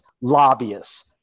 lobbyists